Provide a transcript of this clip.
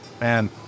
man